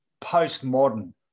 postmodern